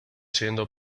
siendo